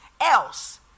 else